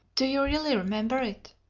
do you really remember it?